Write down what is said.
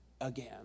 again